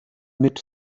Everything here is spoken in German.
mit